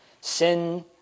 Sin